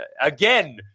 again